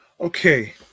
Okay